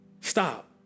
stop